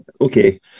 okay